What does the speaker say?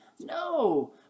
No